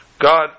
God